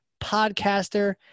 podcaster